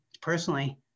personally